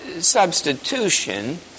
substitution